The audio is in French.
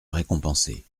récompenser